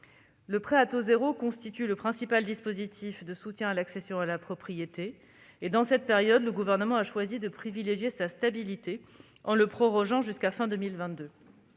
Le prêt à taux zéro constitue le principal dispositif de soutien à l'accession à la propriété. En cette période, le Gouvernement a choisi de privilégier sa stabilité en le prorogeant jusqu'à la fin